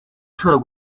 ushobora